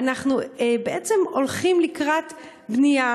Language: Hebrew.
אנחנו בעצם הולכים לקראת בנייה